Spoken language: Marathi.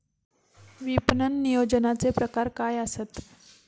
विपणन नियोजनाचे प्रकार काय आसत?